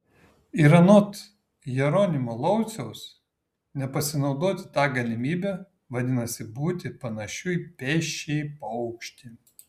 ir anot jeronimo lauciaus nepasinaudoti ta galimybe vadinasi būti panašiu į pėsčiąjį paukštį